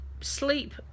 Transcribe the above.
Sleep